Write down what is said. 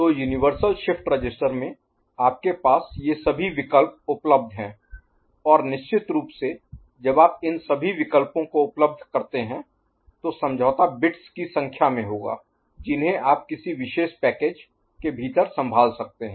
तो universal shift register में आपके पास ये सभी विकल्प उपलब्ध हैं और निश्चित रूप से जब आप इन सभी विकल्पों को उपलब्ध करते हैं तो समझौता बिट्स की संख्या में होगा जिन्हें आप किसी विशेष पैकेज के भीतर संभाल सकते हैं